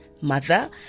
mother